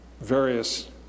various